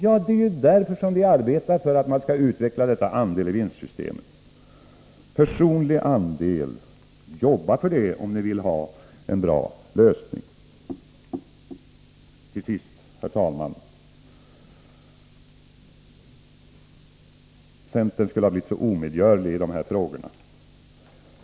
Ja, det är därför som vi arbetar för att man skall utveckla detta andel-i-vinst-system. Personlig andel, ja, jobba för det om ni vill ha en bra lösning. Till sist, herr talman! Olof Palme påstod att centern skulle ha blivit så omedgörlig i dessa frågor.